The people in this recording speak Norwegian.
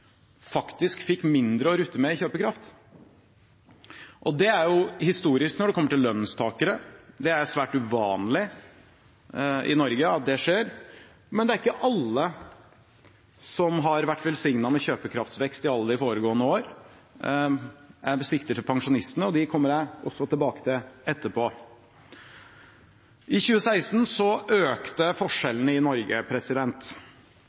faktisk fikk mindre å rutte med, dårligere kjøpekraft. Det er jo historisk når det kommer til lønnstakere. Det er svært uvanlig i Norge at det skjer, men det er ikke alle som har vært velsignet med kjøpekraftsvekst i alle de foregående år. Jeg sikter til pensjonistene, og dem kommer jeg også tilbake til etterpå. I 2016 økte